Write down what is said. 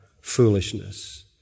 foolishness